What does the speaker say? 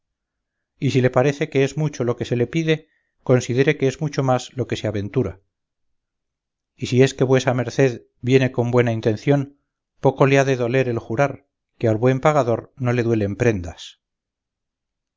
y si le parece que es mucho lo que se le pide considere que es mucho más lo que se aventura y si es que vuesa merced viene con buena intención poco le ha de doler el jurar que al buen pagador no le duelen prendas